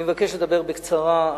אני מבקש לדבר בקצרה,